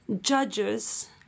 judges